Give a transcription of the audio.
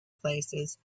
places